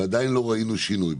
ועדיין לא ראינו שינוי.